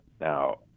Now